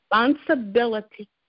responsibility